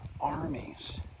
armies